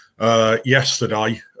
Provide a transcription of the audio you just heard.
Yesterday